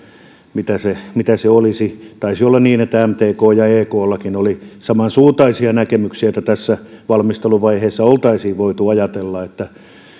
mitä se olisi taisi olla niin että mtklla ja ekllakin oli samansuuntaisia näkemyksiä että tässä valmisteluvaiheessa oltaisiin voitu ajatella että